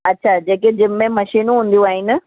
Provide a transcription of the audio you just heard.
अच्छा जेके जिम में मशीनियूं हूंदियूं आहिनि